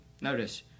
Notice